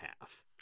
half